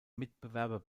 mitbewerber